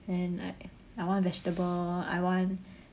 then like I want vegetable I want